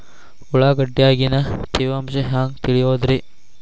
ಉಳ್ಳಾಗಡ್ಯಾಗಿನ ತೇವಾಂಶ ಹ್ಯಾಂಗ್ ತಿಳಿಯೋದ್ರೇ?